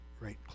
right